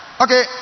Okay